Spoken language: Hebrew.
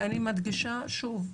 ואני מדגישה שוב,